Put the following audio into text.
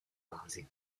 basi